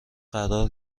قرار